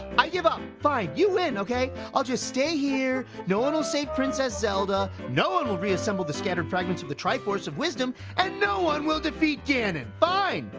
i give up. fine, you win, okay. i'll just stay here. no one'll save princess zelda. no one will reassemble the scattered fragments of the triforce of wisdom, and no one will defeat ganon. fine!